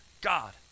God